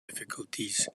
difficulties